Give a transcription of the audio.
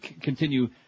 continue